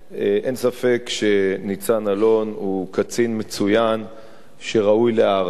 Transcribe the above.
אין ספק שניצן אלון הוא קצין מצוין שראוי להערכה,